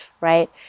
right